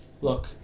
Look